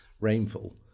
rainfall